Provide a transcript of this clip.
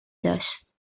داشت